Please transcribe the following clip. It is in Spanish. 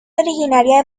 originaria